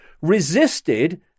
resisted